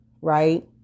right